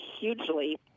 hugely